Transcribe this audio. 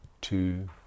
Two